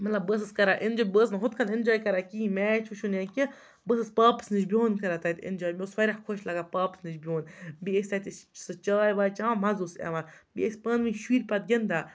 مطلب بہٕ ٲسٕس کَران اِنجاے بہٕ ٲسٕس نہٕ ہُتھ کَنۍ اِنجاے کَران کِہیٖنۍ میچ وٕچھُن یا کینٛہہ بہٕ ٲسٕس پاپَس نِش بِہُن کَران تَتہِ اِنجاے مےٚ اوس واریاہ خۄش لَگان پاپَس نِش بِہُن بیٚیہِ ٲسۍ تَتہِ ٲسۍ سُہ چاے واے چٮ۪وان مَزٕ اوس یِوان بیٚیہِ ٲسۍ پانہٕ ؤنۍ شُرۍ پَتہٕ گِنٛدان